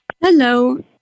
Hello